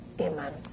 amen